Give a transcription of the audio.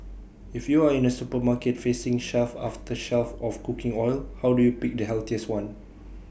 if you are in A supermarket facing shelf after shelf of cooking oil how do you pick the healthiest one